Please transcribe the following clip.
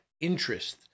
interest